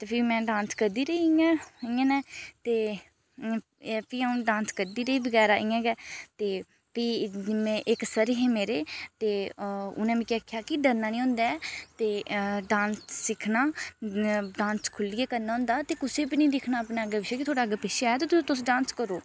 ते फेर में डांस करदी रेही इ'यां इयां ने ते फ्ही अ'ऊ डांस करदी रेही बगैरा इ'यां गै ते फ्ही मैं इक सर हे मेरे ते उ'नें मिगी आक्खेआ कि डरना नि होंदा ऐ ते डांस सिक्खना डांस खुल्लियै करना होंदा ते कुसै बी नि दिक्खना अपना अग्गे पिच्छें कि थुआढ़े अग्गै पिच्छै ऐ ते तुस डांस करो